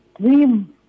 dream